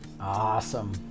Awesome